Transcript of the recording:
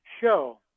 show